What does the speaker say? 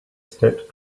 stepped